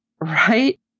right